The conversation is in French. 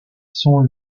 sont